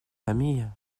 famille